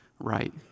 right